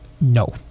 No